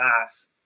mass